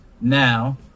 now